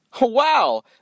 Wow